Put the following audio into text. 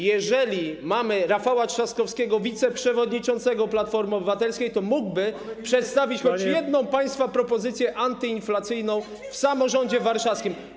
Jeżeli mamy Rafała Trzaskowskiego, wiceprzewodniczącego Platformy Obywatelskiej, to mógłby przedstawić choć jedną państwa propozycję antyinflacyjną w samorządzie warszawskim.